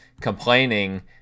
complaining